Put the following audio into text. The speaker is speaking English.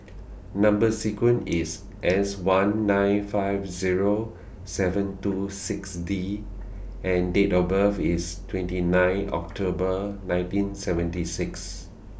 Number sequence IS S one nine five Zero seven two six D and Date of birth IS twenty nine October nineteen seventy six